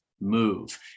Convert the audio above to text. move